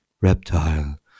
reptile